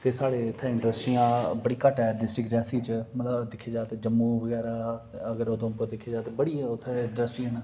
ते साढ़े इत्थे इंडस्ट्रियां बड़ी घट्ट ऐ डिस्ट्रिक्ट रियासी च मतलब दिक्खेआ जा ते जम्मू बगैरा ते अगर उधमपुर दिक्खेआ जा ते बड़ी उत्थे इंडस्ट्री न